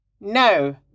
No